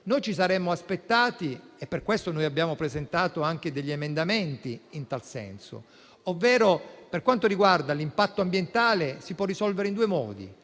Noi ci saremmo aspettati altro e per questo abbiamo presentato degli emendamenti in tal senso. Per quanto riguarda l'impatto ambientale si può risolvere in due modi: